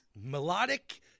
Melodic